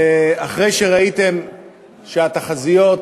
אחרי שראיתם שהתחזיות,